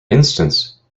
instance